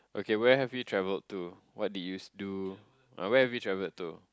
okay where have you traveled to what did you do where have you traveled to